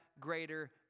greater